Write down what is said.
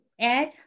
add